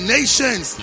Nations